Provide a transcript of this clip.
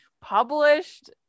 published